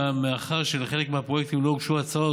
מאחר שלחלק מהפרויקטים לא הוגשו הצעות